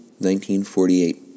1948